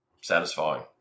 satisfying